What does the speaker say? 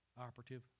operative